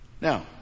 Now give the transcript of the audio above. Now